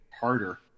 harder